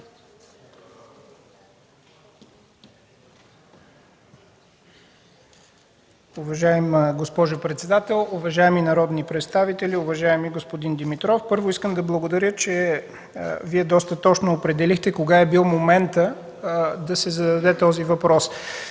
Уважаема госпожо председател, уважаеми народни представители! Уважаеми господин Димитров, първо искам да благодаря, че Вие доста точно определихте кога е бил моментът да се зададе този въпрос.